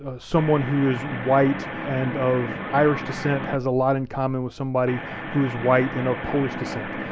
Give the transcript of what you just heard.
ah someone who is white and of irish descent has a lot in common with somebody who is white and of polish descent,